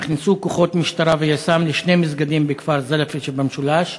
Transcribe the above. נכנסו כוחות משטרה ויס"מ לשני מסגדים בכפר זלפה שבמשולש,